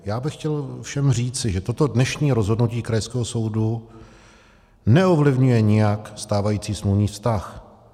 Já bych chtěl všem říci, že toto dnešní rozhodnutí krajského soudu neovlivňuje nijak stávající smluvní vztah.